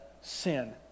sin